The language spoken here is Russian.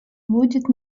будет